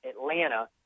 Atlanta